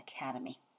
academy